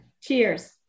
Cheers